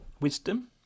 Wisdom